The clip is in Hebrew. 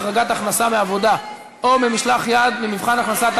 החרגת הכנסה מעבודה או ממשלח-יד ממבחן ההכנסה),